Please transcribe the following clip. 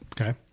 Okay